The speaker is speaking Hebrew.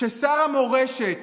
כששר המורשת